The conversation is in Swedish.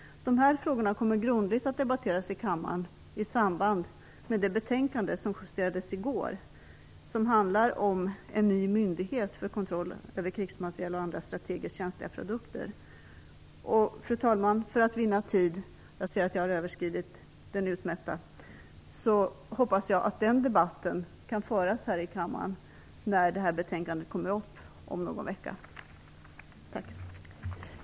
Frågan kommer att debatteras grundligt i kammaren i samband med det betänkande som justerades i går, som handlar om en ny myndighet för kontroll av krigsmateriel och andra strategiskt känsliga produkter. Fru talman! För att vinna tid - jag ser att jag har överskridit min taletid - hoppas jag att den debatten kan föras här i kammaren när betänkandet skall behandlas om någon vecka.